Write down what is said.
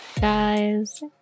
guys